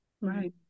right